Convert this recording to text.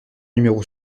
numéro